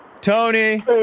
Tony